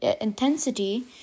intensity